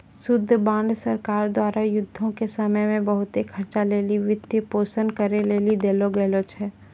युद्ध बांड सरकारो द्वारा युद्धो के समय मे बहुते खर्चा लेली वित्तपोषन करै लेली देलो जाय छै